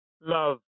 love